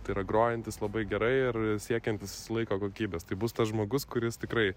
tai yra grojantis labai gerai ir siekiantys laiko kokybės tai bus tas žmogus kuris tikrai